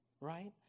right